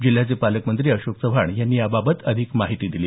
जिल्ह्याचे पालकमंत्री अशोक चव्हाण यांनी याबाबत अधिक माहिती दिली